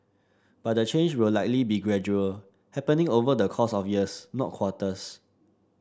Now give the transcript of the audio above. but the change will likely be gradual happening over the course of years not quarters